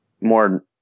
more